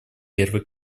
первый